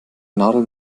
nadel